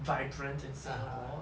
vibrant in singapore